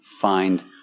find